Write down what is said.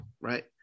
right